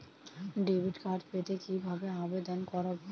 Debit card পেতে কিভাবে আবেদন করব?